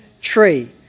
tree